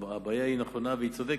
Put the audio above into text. הבעיה היא נכונה וצודקת,